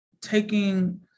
taking